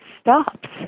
stops